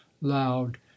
loud